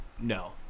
no